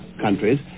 countries